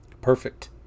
Perfect